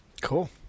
Cool